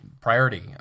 priority